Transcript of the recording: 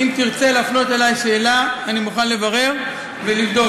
אם תרצה להפנות אלי שאלה, אני מוכן לברר ולבדוק.